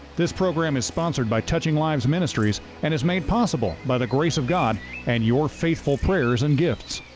this program is sponsored by touching lives ministries, and is made possible by the grace of god and your faithful prayers and gifts.